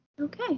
Okay